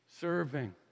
Serving